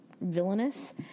villainous